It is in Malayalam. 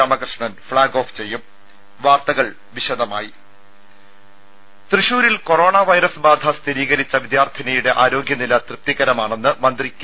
രാമകൃഷ്ണൻ ഫ്ളാഗ് ഓഫ് ചെയ്യും വാർത്തകൾ വിശദമായി തൃശൂരിൽ കൊറോണ വൈറസ് ബാധ സ്ഥിരീകരിച്ച വിദ്യാർത്ഥിനിയുടെ ആരോഗ്യനില തൃപ്തികരമാണെന്ന് മന്ത്രി കെ